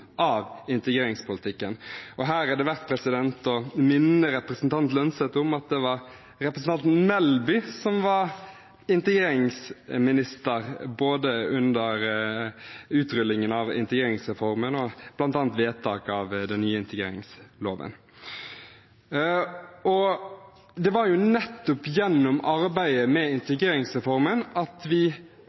av integreringspolitikken. Her er det verdt å minne representanten Holm Lønseth om at det var representanten Melby som var integreringsminister både under utrullingen av integreringsreformen og under bl.a. vedtaket av den nye integreringsloven. Og det var jo nettopp gjennom arbeidet med integreringsreformen at vi